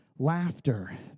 Laughter